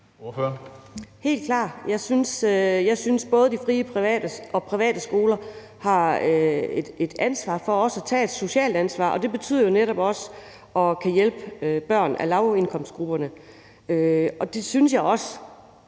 helt klart. Jeg synes, at både de frie og de private skoler har en forpligtelse til også at tage et socialt ansvar, og det betyder jo netop også at hjælpe børn fra lavindkomstgruppen, og det synes jeg også